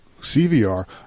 CVR